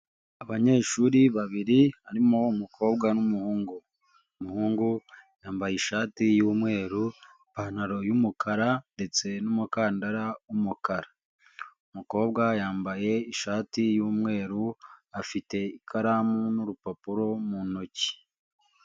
Abanyeshuri babiri barimo umukobwa n'umuhungu. Umuhungu yambaye ishati y'umweru ipantaro y'umukara ndetse n'umukandara wumukara naho umukobwa yambaye ishati y'umweru afite ikaramu n'urupapuro mu ntoki